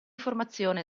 formazione